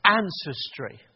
ancestry